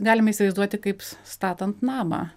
galime įsivaizduoti kaip statant namą